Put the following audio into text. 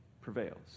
prevails